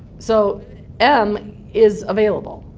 so m is available,